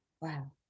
Wow